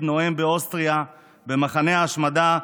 נואם באוסטריה במחנה ההשמדה מאוטהאוזן,